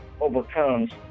overcomes